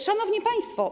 Szanowni Państwo!